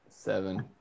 seven